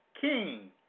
King